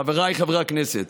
חבריי חברי הכנסת,